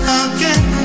again